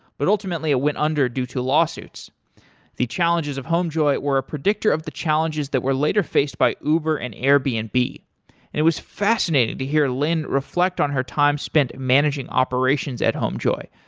but ultimately ah went under due to lawsuits the challenges of homejoy were a predictor of the challenges that were later faced by uber and airbnb. and it was fascinating to hear lynne reflect on her time spent managing operations at homejoy,